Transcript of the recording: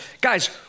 Guys